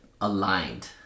aligned